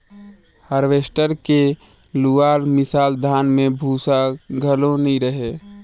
harvester के लुअल मिसल धान में भूसा घलो नई रहें